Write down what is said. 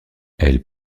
elle